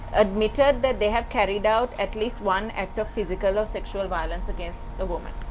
admitted that they have carried out at least one act of physical or sexual violence against a woman.